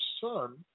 son